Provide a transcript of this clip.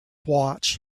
watch